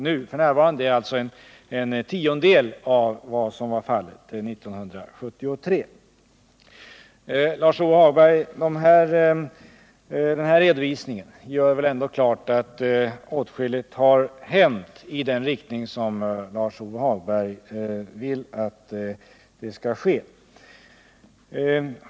Vi köper nu alltså bara en tiondel jämfört med 1973. Denna redovisning gör väl ändå klart att åtskilligt har hänt i den riktning som Lars-Ove Hagberg önskat sig.